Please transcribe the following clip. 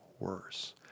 worse